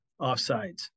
offsides